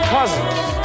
Cousins